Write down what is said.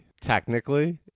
technically